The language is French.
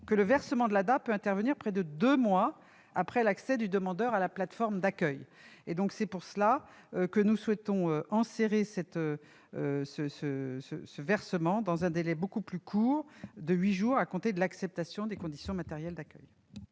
que le versement de l'ADA peut intervenir près de deux mois après l'accès du demandeur à la plateforme d'accueil. Pour cette raison, nous souhaitons encadrer ce versement par l'instauration d'un délai beaucoup plus court, de huit jours à compter de l'acceptation des conditions matérielles d'accueil.